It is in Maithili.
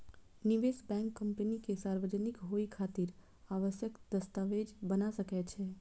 निवेश बैंक कंपनी के सार्वजनिक होइ खातिर आवश्यक दस्तावेज बना सकै छै